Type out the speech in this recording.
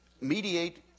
mediate